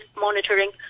monitoring